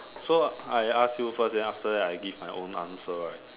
so I I ask you first then after that I give my own answer right